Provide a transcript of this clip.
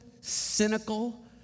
cynical